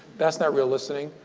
that's not real listening.